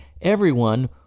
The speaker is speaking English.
Everyone